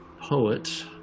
Poet